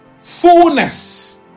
fullness